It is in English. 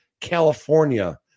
California